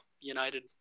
United